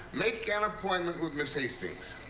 make an appointment with miss hastings.